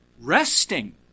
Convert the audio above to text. Resting